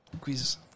Quiz